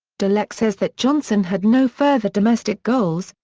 dallek says that johnson had no further domestic goals,